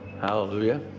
Hallelujah